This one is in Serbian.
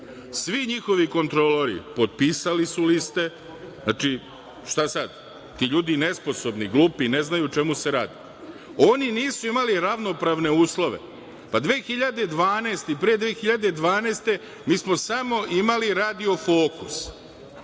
Svi njihovi kontrolori potpisali su liste, znači, šta sad? Ti ljudi nesposobni, glupi, ne znaju o čemu se radi. Oni nisu imali ravnopravne uslove. Pa, 2012. godine i pre 2012. godine mi smo samo imali radio Fokus